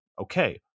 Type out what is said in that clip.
okay